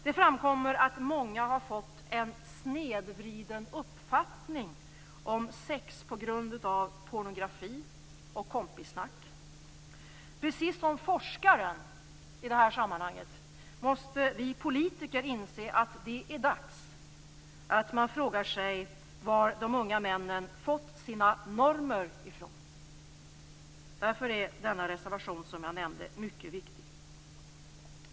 Det har framkommit att många har fått en snedvriden uppfattning om sex på grund av pornografi och kompissnack. Precis som forskarna måste vi politiker inse att det är dags att fråga sig var de unga männen har fått sina normer ifrån. Därför är den reservation som jag nämnde mycket viktig.